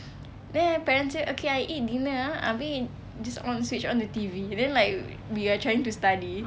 then parents dia okay I eat dinner ah abeh just on switch on the T_V then we are like trying to study